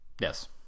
Yes